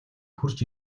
хүрч